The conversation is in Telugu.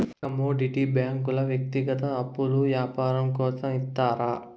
కమోడిటీ బ్యాంకుల వ్యక్తిగత అప్పులు యాపారం కోసం ఇత్తారు